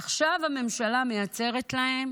עכשיו הממשלה מייצרת להם